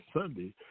Sunday